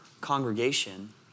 congregation